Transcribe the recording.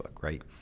right